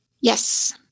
Yes